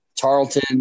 Tarleton